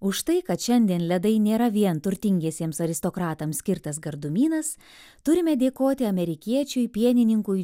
už tai kad šiandien ledai nėra vien turtingiesiems aristokratams skirtas gardumynas turime dėkoti amerikiečiui pienininkui